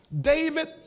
David